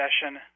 session